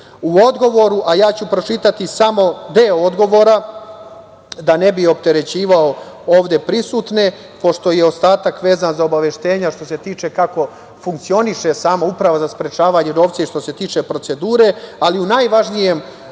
odgovoru, a ja ću pročitati samo deo odgovora da ne bi opterećivao ovde prisutne, pošto je ostatak vezan za obaveštenja, što se tiče kako funkcioniše sama Uprava za sprečavanje pranja novca i što se tiče procedure ali u najvažnijem